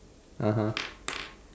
(uh huh)